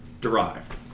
derived